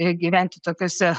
gyventi tokiuose